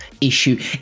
issue